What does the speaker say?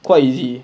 quite easy